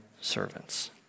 servants